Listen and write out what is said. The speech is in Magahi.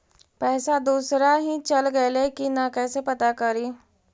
पैसा दुसरा ही चल गेलै की न कैसे पता करि?